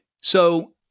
So-